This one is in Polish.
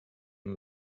mną